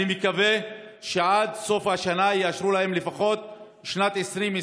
ואני מקווה שעד סוף השנה יאשרו להם לפחות את שנת 2020,